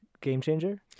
game-changer